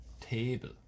table